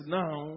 now